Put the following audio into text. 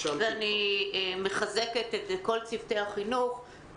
אני מחזקת את כל צוותי החינוך.